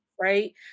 right